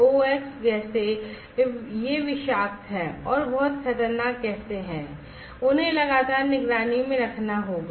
SOx गैसें ये विषाक्त हैं और बहुत खतरनाक गैसें हैं उन्हें लगातार निगरानी में रखना होगा